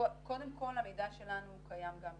קודם כל, המידע שלנו קיים גם בערבית.